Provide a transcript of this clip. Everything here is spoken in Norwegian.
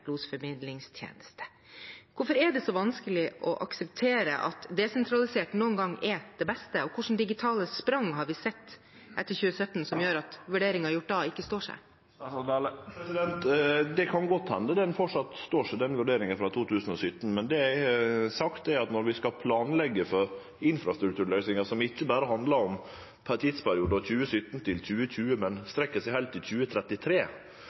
losformidlingstjeneste. Hvorfor er det så vanskelig å akseptere at desentralisering noen ganger er det beste? Og hvilke digitale sprang har vi sett etter 2017 som gjør at vurderingen gjort da, ikke står seg? Det kan godt hende at den vurderinga frå 2017 framleis står seg. Men det eg har sagt, er at når vi skal planleggje for infrastrukturløysingar som ikkje berre handlar om tidsperioden 2017–2020, men strekk seg heilt til 2033,